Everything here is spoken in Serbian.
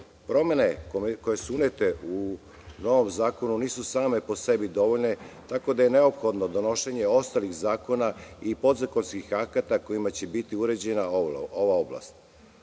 Promene koje su unete u novom zakonu nisu same po sebi dovoljne, tako da je neophodno donošenje ostalih zakona i podzakonskih akata kojima će biti uređena ova oblast,